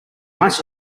ice